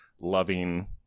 loving